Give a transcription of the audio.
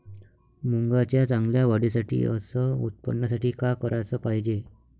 मुंगाच्या चांगल्या वाढीसाठी अस उत्पन्नासाठी का कराच पायजे?